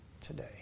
today